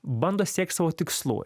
bando siekt savo tikslų